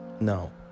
No